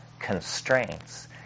constraints